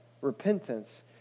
Repentance